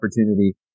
opportunity